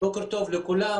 בוקר טוב לכולם.